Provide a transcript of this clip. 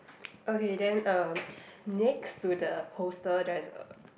okay then uh next to the poster there's a